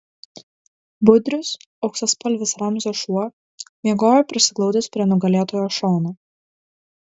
budrius auksaspalvis ramzio šuo miegojo prisiglaudęs prie nugalėtojo šono